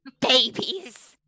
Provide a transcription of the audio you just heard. babies